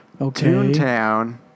Toontown